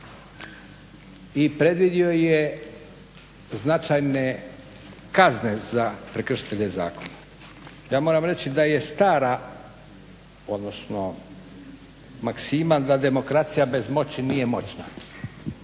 i predvidio je značajne kazne za prekršitelje zakona. Ja moram reći da je stara, odnosno maksima da demokracija bez moći nije moćna.